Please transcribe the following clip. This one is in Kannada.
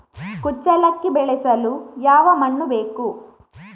ಕುಚ್ಚಲಕ್ಕಿ ಬೆಳೆಸಲು ಯಾವ ಮಣ್ಣು ಬೇಕು?